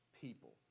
people